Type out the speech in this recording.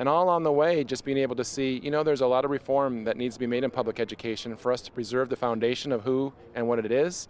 and all on the way just being able to see you know there's a lot of reform that need to be made in public education for us to preserve the foundation of who and what it is